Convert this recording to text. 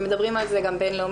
ומדברים על זה גם בין-לאומי,